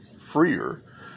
freer